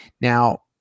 now